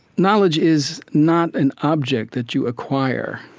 knowledge is not an object that you acquire.